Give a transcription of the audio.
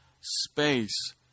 space